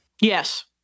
Yes